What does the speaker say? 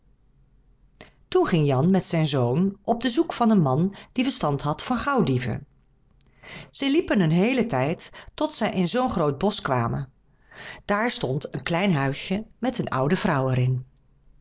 toen ging jan met zijn zoon op de zoek van een man die verstand had van gauwdieven zij liepen een heelen tijd tot zij in zoo'n groot bosch kwamen daar stond een klein huisje met een oude vrouw er